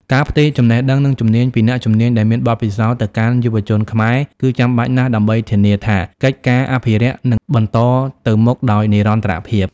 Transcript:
ការផ្ទេរចំណេះដឹង និងជំនាញពីអ្នកជំនាញដែលមានបទពិសោធន៍ ទៅកាន់យុវជនខ្មែរ គឺចាំបាច់ណាស់ដើម្បីធានាថា កិច្ចការអភិរក្សនឹងបន្តទៅមុខដោយនិរន្តរភាព។